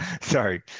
sorry